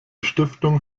stiftung